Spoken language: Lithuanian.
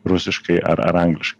rusiškai ar ar angliškai